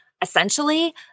Essentially